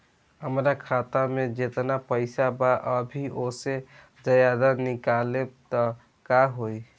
हमरा खाता मे जेतना पईसा बा अभीओसे ज्यादा निकालेम त का होई?